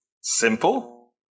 simple